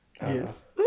Yes